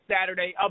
Saturday